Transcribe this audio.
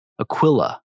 Aquila